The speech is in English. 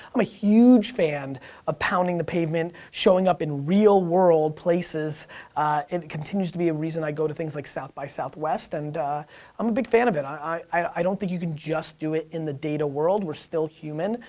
i'm a huge fan of pounding the pavement, showing up in real world places, and it continues to be a reason i go to things like south by southwest, and i'm a big fan of it. i i don't think think you can just do it in the data world, we're still human,